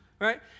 right